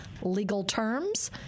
legalterms